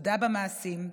הודה במעשים,